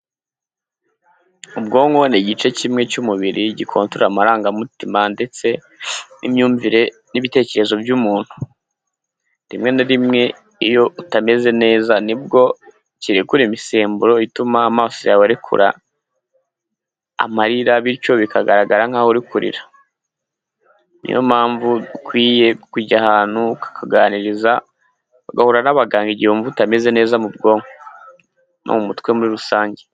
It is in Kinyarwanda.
Ubwonko ni igice kimwe cy'umubiri gikontora amarangamutima ndetse n'imyumvire n'ibitekerezo by'umuntu. Rimwe na rimwe iyo utameze neza nibwo kirekura imisemburo ituma amaso yawe arekura amarira bityo bikagaragara nkaho uri kurira. Niyo mpamvu ukwiye kujya ahantu bakakuganiriza, ugahura n'abaganga igihe wumva utameze neza mu bwonko no mu mutwe muri rusange.